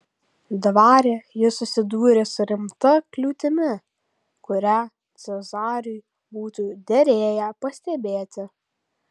dvare ji susidūrė su rimta kliūtimi kurią cezariui būtų derėję pastebėti